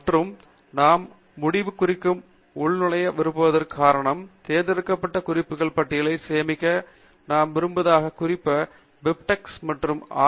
மற்றும் நாம் முடிவு குறிப்புக்கு உள்நுழைய விரும்புவதற்கு காரணம் தேர்ந்தெடுக்கப்பட்ட குறிப்புகளை பட்டியல்களாக சேமிக்க நாம் விரும்புவதால் குறிப்பாக பிபிடெக்ஸ் மற்றும் ஆர்